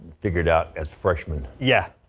figured out as freshman, yeah,